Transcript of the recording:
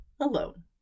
alone